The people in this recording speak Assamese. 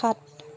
সাত